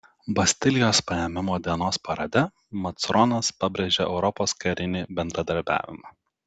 bastilijos paėmimo dienos parade macronas pabrėžė europos karinį bendradarbiavimą